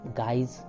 guys